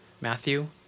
Matthew